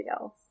else